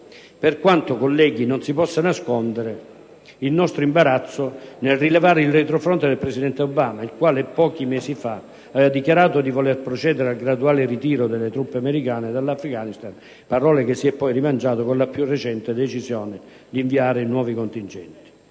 Per quanto non si possa nascondere il nostro imbarazzo nel rilevare il dietro front del presidente Obama - il quale, pochi mesi fa, aveva dichiarato di voler procedere al graduale ritiro delle truppe americane dall'Afghanistan, parole che si è poi rimangiato con la più recente decisione di inviare nuovi contingenti